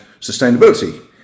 sustainability